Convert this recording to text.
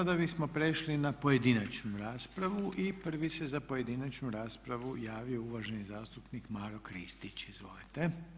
Sada bismo prešli na pojedinačnu raspravu i prvi se za pojedinačnu raspravu javio uvaženi zastupnik Maro Kristić, izvolite.